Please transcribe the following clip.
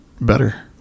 better